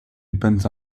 depends